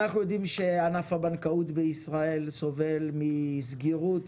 אנחנו יודעים שענף הבנקאות בישראל סובל מסגירות,